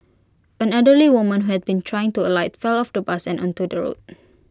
an elderly woman who had been trying to alight fell off the bus and onto the road